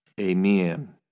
Amen